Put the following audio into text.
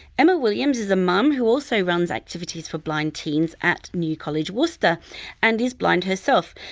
emma williams is a mum, who also runs activities for blind teens at new college worcester and is blind herself.